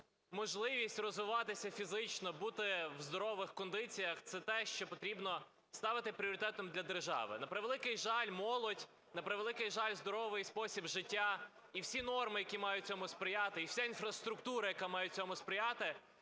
можливість розвиватися фізично, бути в здорових кондиціях – це те, що потрібно ставити пріоритетом для держави. На превеликий жаль, молодь, на превеликий жаль, здоровий спосіб життя і всі норми, які мають цьому сприяти, і вся інфраструктура, яка має цьому сприяти,